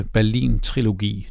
Berlin-trilogi